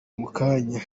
mukanya